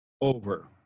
over